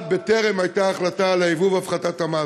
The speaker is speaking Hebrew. בטרם הייתה החלטה על הייבוא והפחתת המס.